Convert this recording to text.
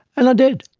and i did.